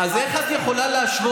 אז איך את יכולה להשוות?